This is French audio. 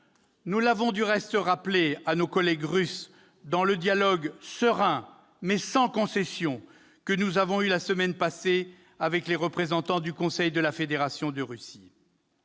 Nous l'avons du reste rappelé à nos collègues russes dans le dialogue serein, mais sans concession, que nous avons eu la semaine passée avec les représentants du Conseil de la Fédération de Russie.